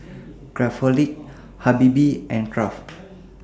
Craftholic Habibie and Kraft